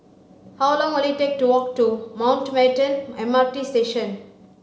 how long will it take to walk to Mountbatten M R T Station